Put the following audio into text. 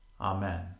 Amen